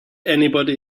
anybody